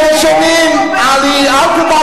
אני שתקתי כל הזמן.